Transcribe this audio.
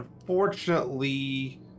unfortunately